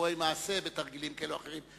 סיפורי מעשה ותרגילים כאלה או אחרים.